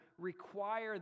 require